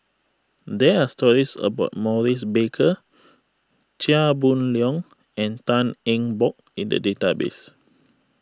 there are stories about Maurice Baker Chia Boon Leong and Tan Eng Bock in the database